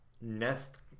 Nest